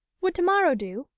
would tomorrow do,